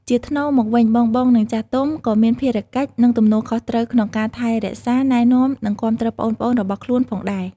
ជាថ្នូរមកវិញ បងៗ និងចាស់ទុំ ក៏មានភារកិច្ច និងទំនួលខុសត្រូវក្នុងការថែរក្សា ណែនាំ និងគាំទ្រប្អូនៗរបស់ខ្លួនផងដែរ។